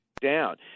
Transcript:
down